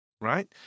right